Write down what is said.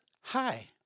hi